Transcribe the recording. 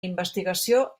investigació